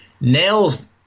nails